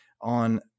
on